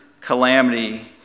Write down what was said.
calamity